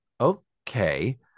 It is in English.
okay